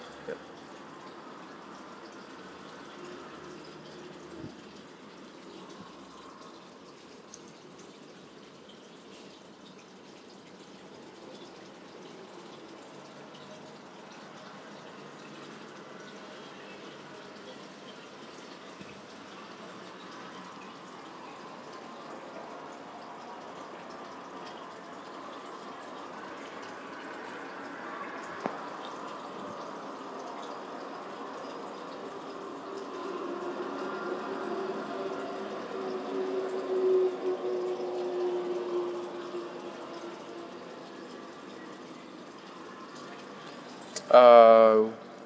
yup um